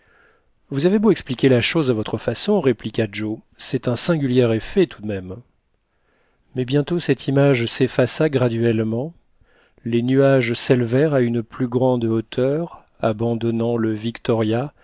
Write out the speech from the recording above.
vous avez beau expliquer la chose à votre façon répliqua joe c'est un singulier effet tout de même mais bientôt cette image s'effaça graduellement les nuages s'élevèrent à une plus grande hauteur abandonnant le victoria